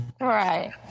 right